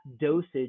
dosage